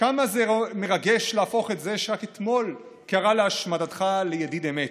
כמה מרגש להפוך את זה שרק אתמול קרא להשמדתך לידיד אמת.